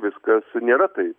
viskas nėra taip